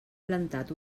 plantat